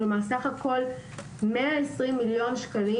כלומר סך הכול 120 מיליון שקלים,